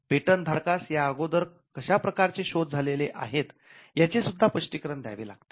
patent धारकास या अगोदर कशा प्रकारचे शोध झालेले आहेत याचे सुद्धा स्पष्टीकरण द्यावे लागते